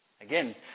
Again